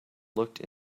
looked